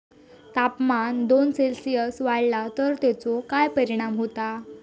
तापमान दोन सेल्सिअस वाढला तर तेचो काय परिणाम होता?